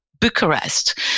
Bucharest